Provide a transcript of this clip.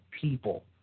people